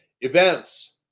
Events